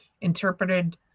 interpreted